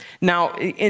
Now